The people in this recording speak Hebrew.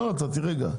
רגע.